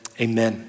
amen